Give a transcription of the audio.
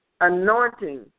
anointing